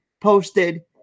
posted